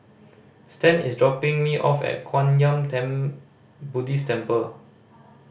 Stan is dropping me off at Kwan Yam Theng Buddhist Temple